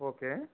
okay